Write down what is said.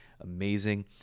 amazing